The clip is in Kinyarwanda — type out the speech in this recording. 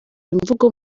imvugo